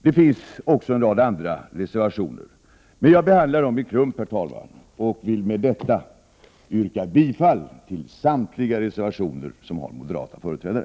Det finns också en rad andra reservationer, men jag behandlar dem i klump och vill med detta yrka bifall till samtliga reservationer som har moderata företrädare.